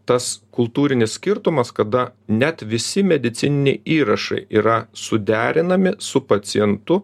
tas kultūrinis skirtumas kada net visi medicininiai įrašai yra suderinami su pacientu